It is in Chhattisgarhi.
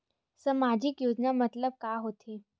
सामजिक योजना मतलब का होथे?